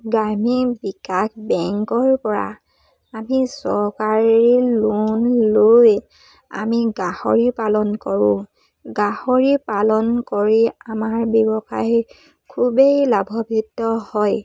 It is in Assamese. গ্ৰামী বিকাশ বেংকৰপৰা আমি চৰকাৰী লোন লৈ আমি গাহৰি পালন কৰোঁ গাহৰি পালন কৰি আমাৰ ব্যৱসায় খুবেই লাভান্বিত হয়